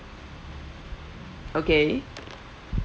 okay